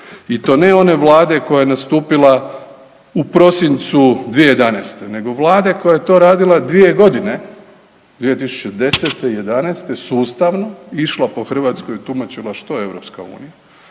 i to ne one Vlade koja je nastupila u prosincu 2011. nego Vlade koja je to radila dvije godine 2010., 2011. sustavno išla po Hrvatskoj i tumačila što je